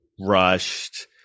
rushed